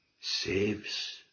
Saves